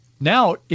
Now